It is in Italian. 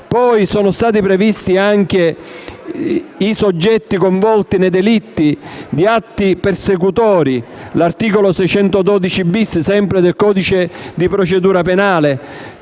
Sono stati poi previsti anche i soggetti coinvolti nei delitti di atti persecutori (l'articolo 612-*bis*, sempre del codice di procedura penale),